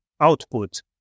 output